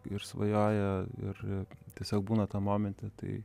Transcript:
ir svajoja ir tiesiog būna tam momente tai